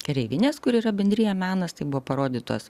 kareivinės kur yra bendrija menas tai buvo parodytos